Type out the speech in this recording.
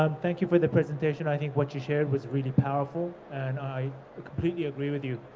um thank you for the presentation. i think what you shared was really powerful and i completely agree with you.